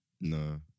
no